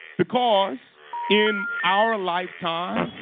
because in our lifetime,